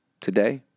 today